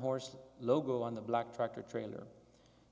horse logo on the black tractor trailer